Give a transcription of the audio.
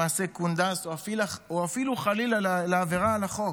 למעשי קונדס או אפילו לעבירה על החוק.